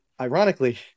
ironically